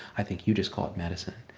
i think you just call it medicine.